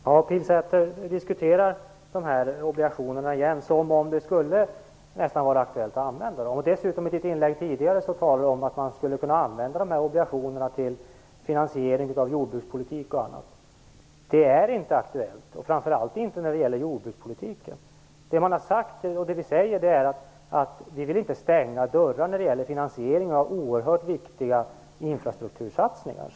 Herr talman! Karin Pilsäter diskuterar åter dessa obligationer som om det skulle vara aktuellt att använda dem. Dessutom talade hon i sitt tidigare inlägg om att de skulle kunna användas till finansiering av jordbrukspolitik och annat. Det är inte aktuellt, framför allt inte när det gäller jordbrukspolitiken. Vi säger att vi inte vill stänga dörrar när det gäller finansiering av oerhört viktiga infrastruktursatsningar.